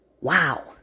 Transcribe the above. Wow